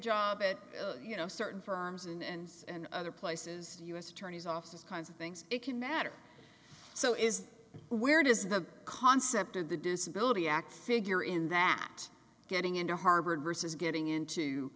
job at you know certain firms in ands and other places to u s attorneys offices kinds of things it can matter so is where does the concept of the disability act figure in that getting into harvard versus getting into